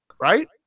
right